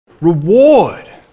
reward